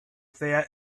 that